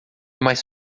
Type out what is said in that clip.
mais